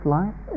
life